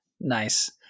Nice